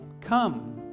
come